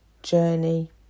journey